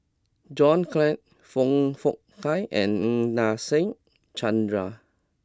John Clang Foong Fook Kay and Nadasen Chandra